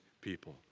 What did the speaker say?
people